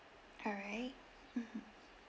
alright mmhmm